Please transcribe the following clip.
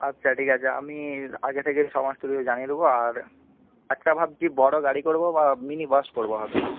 আচ্ছা ঠিক আছে আমি আগে থেকে সমস্ত কিছু জানিয়ে দেবো আর একটা ভাবছি বড় গাড়ি করব বা মিনি বাস করব ভাবছি